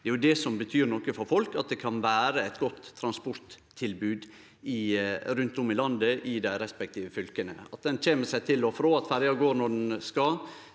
som betyr noko for folk – at det kan vere eit godt transporttilbod rundt om i landet, i dei respektive fylka, at ein kjem seg til og frå, at ferja går når ho skal,